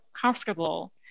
comfortable